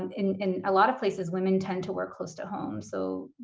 in in a lot of places, women tend to work close to home. so,